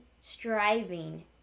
striving